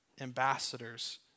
ambassadors